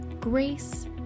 Grace